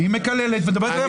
היא מקללת, מדברת לא יפה.